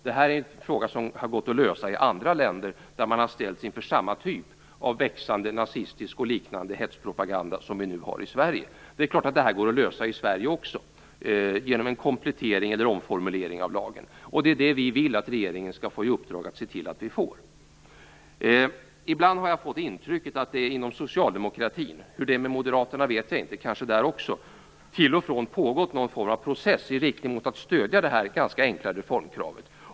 Det här är en fråga som har gått att lösa i andra länder, där man har ställts inför samma typ av växande nazistisk och liknande hetspropaganda som vi nu har i Sverige. Det är klart att det här går att lösa i Sverige också, genom en komplettering eller omformulering av lagen. Det är det vi vill att regeringen skall få i uppdrag att se till att vi får. Ibland har jag fått intrycket att det inom socialdemokratin - hur det är med Moderaterna vet jag inte, det kanske förekommer där också - till och från pågått någon form av process i riktning mot att stödja det här ganska enkla reformkravet.